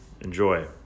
Enjoy